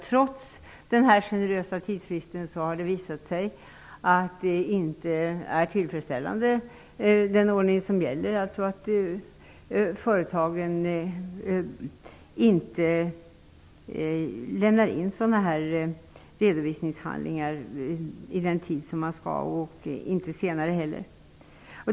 Trots denna generösa tidsfrist har det visat sig att den ordning som gäller inte är tillfredsställande. Företagen lämnar inte in redovisningshandlingar inom den utsatta tiden -- inte senare heller.